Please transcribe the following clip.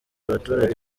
abaturage